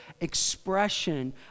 expression